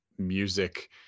music